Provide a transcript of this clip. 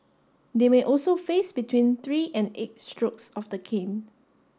they may also face between three and eight strokes of the cane